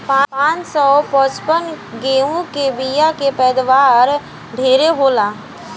पान सौ पचपन गेंहू के बिया के पैदावार ढेरे होला